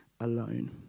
alone